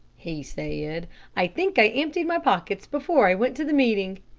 he said i think i emptied my pockets before i went to the meeting.